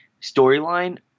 storyline